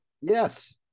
yes